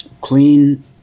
clean